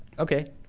ok.